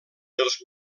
dels